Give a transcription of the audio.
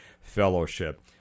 Fellowship